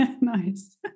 nice